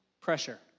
pressure